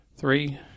Three